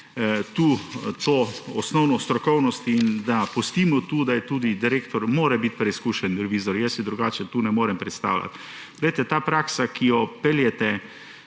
to osnovno strokovnost, in da pustimo tu, da tudi direktor mora biti preizkušen revizor, jaz si drugače ne morem predstavljati. Ta praksa, ki jo peljete,